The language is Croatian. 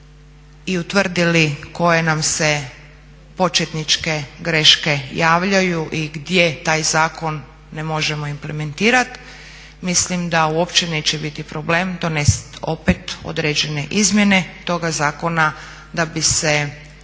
i utvrdili koje nam se početničke greške javljaju i gdje taj zakon ne možemo implementirati, mislim da uopće neće biti problem donest opet određene izmjene toga zakona da bi se